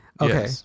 Okay